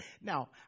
Now